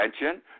attention